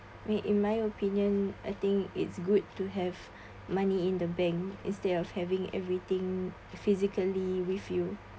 me in my opinion I think it's good to have money in the bank instead of having everything physically with you